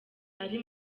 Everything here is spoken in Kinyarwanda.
ari